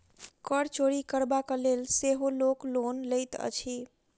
कर चोरि करबाक लेल सेहो लोक लोन लैत अछि